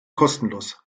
kostenlos